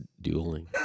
dueling